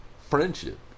friendship